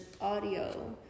audio